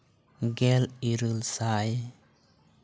ᱜᱮᱞ ᱤᱨᱟᱹᱞ ᱥᱟᱭ